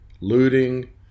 looting